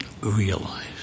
realize